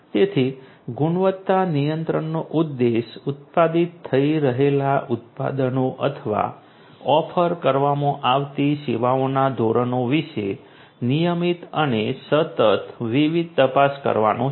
તેથી ગુણવત્તા નિયંત્રણનો ઉદ્દેશ્ય ઉત્પાદિત થઈ રહેલા ઉત્પાદનો અથવા ઓફર કરવામાં આવતી સેવાઓના ધોરણો વિશે નિયમિત અને સતત વિવિધ તપાસ કરવાનો છે